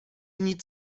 nic